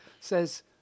Says